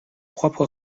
propre